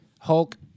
Hulk